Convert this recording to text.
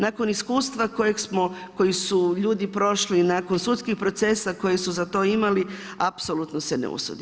Nakon iskustva kojeg smo, koji su ljudi prošli i nakon sudskih procesa koje su za to imali apsolutno se ne usudi.